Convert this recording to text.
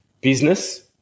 business